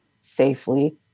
safely